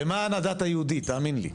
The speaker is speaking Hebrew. למען הדת היהודית, תאמין לי.